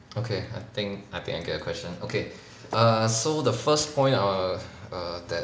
okay I think I think I get the question okay err so the first point err err that